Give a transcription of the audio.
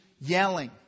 yelling